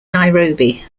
nairobi